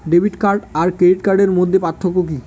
Debit card আর credit কার্ডের মধ্যে পার্থক্য কি?